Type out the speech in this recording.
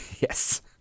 Yes